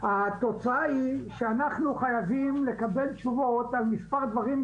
התוצאה היא שאנחנו חייבים לקבל תשובות על מספר דברים,